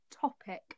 topic